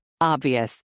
Obvious